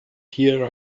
here